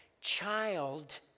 child